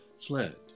fled